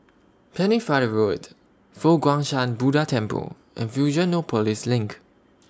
Pennefather Road Fo Guang Shan Buddha Temple and Fusionopolis LINK